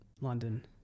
London